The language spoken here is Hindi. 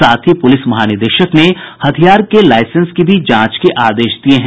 साथ ही पुलिस महानिदेशक ने हथियार के लाईसेंस की जांच के भी आदेश दिये हैं